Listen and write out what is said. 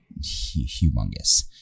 humongous